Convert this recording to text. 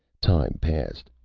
time passed,